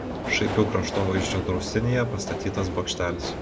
šaipių kraštovaizdžio draustinyje pastatytas bokštelis